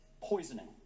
poisoning